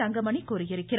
தங்கமணி கூறியிருக்கிறார்